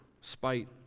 spite